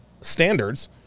standards